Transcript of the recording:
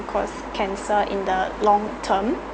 cause cancer in the long term